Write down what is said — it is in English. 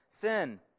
sin